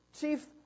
chief